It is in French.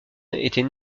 était